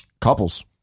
couples